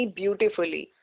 beautifully